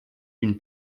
d’une